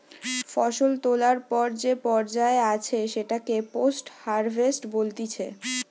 ফসল তোলার পর যে পর্যায়ে আছে সেটাকে পোস্ট হারভেস্ট বলতিছে